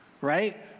right